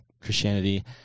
Christianity